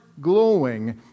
glowing